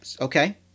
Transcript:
Okay